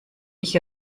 ich